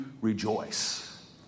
rejoice